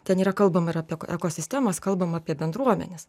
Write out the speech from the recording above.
ten yra kalbama ir apie ekosistemas kalbam apie bendruomenes